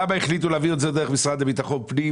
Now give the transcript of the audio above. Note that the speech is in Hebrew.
למה החליטו להעביר את זה דרך המשרד לביטחון פנים